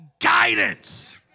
guidance